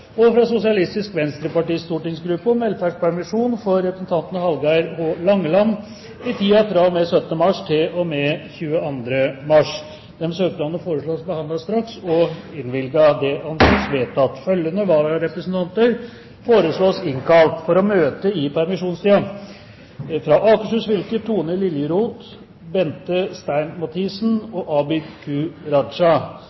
og med 24. mars fra Sosialistisk Venstrepartis stortingsgruppe om velferdspermisjon for representanten Hallgeir H. Langeland i tiden fra og med 17. mars til og med 22. mars Etter forslag fra presidenten ble enstemmig besluttet: Søknadene behandles straks og innvilges. Følgende vararepresentanter innkalles for å møte i permisjonstiden: For Akershus fylke: Tone Liljeroth, Bente Stein Mathisen